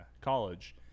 college